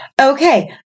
Okay